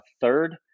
third